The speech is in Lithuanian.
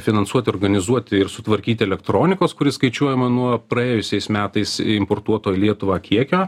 finansuoti organizuoti ir sutvarkyti elektronikos kuri skaičiuojama nuo praėjusiais metais importuoto į lietuvą kiekio